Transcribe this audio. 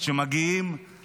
שמגיעים